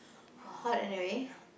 hot anyway